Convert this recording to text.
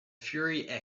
fury